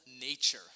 nature